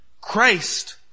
Christ